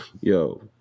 Yo